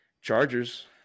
Chargers